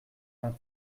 vingt